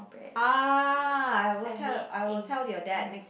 ah I will tell I will tell your dad next